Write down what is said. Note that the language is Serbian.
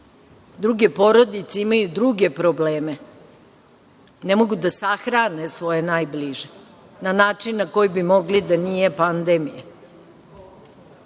druge porodice imaju druge probleme, ne mogu da sahrane svoje najbliže na način na koji bi mogli da nije pandemije.